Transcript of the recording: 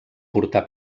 portar